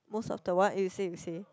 most of the what you say you say